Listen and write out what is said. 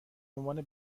عنوان